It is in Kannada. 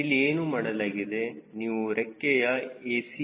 ಇಲ್ಲಿ ಏನು ಮಾಡಲಾಗಿದೆ ನೀವು ರೆಕ್ಕೆಯ a